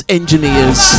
engineers